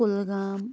کُلہٕ گام